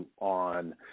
on